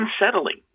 unsettling